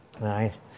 right